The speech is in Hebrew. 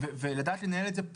ולדעת לנהל את זה,